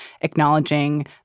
acknowledging